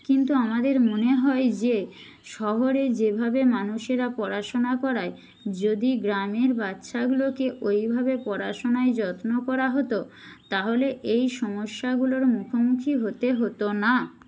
কিন্তু আমাদের মনে হয় যে শহরে যেভাবে মানুষেরা পড়াশোনা করায় যদি গ্রামের বাচ্চাগুলোকে ওইভাবে পড়াশোনায় যত্ন করা হতো তাহলে এই সমস্যাগুলোর মুখোমুখি হতে হতো না